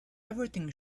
everything